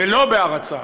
ולא בהרצה.